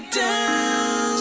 down